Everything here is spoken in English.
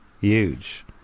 huge